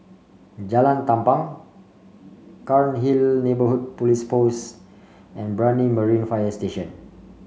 Jalan Tampang Cairnhill Neighbourhood Police Post and Brani Marine Fire Station